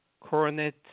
Coronet